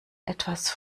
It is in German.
etwas